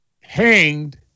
hanged